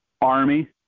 army